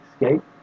escape